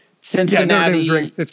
Cincinnati